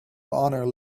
honor